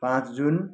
पाँच जुन